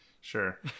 sure